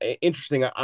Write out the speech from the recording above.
Interesting